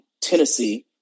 Tennessee